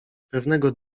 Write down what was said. pewnego